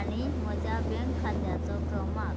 आनी म्हज्या बँक खात्याचो क्रमांक